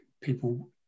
people